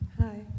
Hi